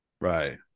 right